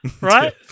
Right